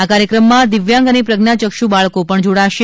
આ કાર્યક્રમ માં દિવ્યાંગ અને પ્રજ્ઞાયક્ષુ બાળકો પણ જોડાશે